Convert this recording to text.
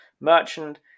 merchant